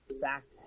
fact